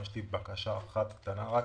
יש לי רק בקשה קטנה אחת: